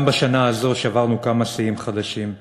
גם בשנה הזאת שברנו כמה שיאים חדשים.